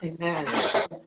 Amen